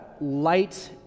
light